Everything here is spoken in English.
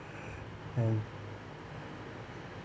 and